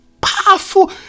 Powerful